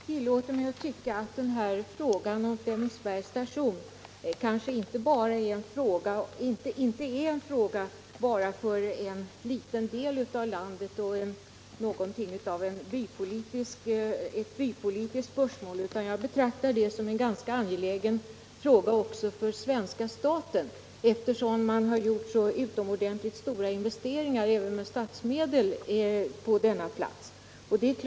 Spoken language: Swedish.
Herr talman! Jag tillåter mig hävda att frågan om Flemingsbergs station inte är en fråga bara för en liten del av landet och någonting av ett bypolitiskt spörsmål. Jag betraktar detta som en ganska angelägen fråga också för svenska staten, eftersom man har gjort utomordentligt stora investeringar även med statsmedel på denna plats.